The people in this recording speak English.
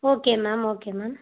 okay ma'am okay ma'am